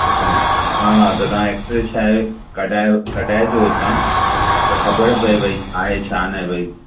त तव्हां हा त तव्हां एक्स रे छा आहे कढाइव कढाए जो हुतां त ख़बर पए भई छा आहे छा ना आहे भई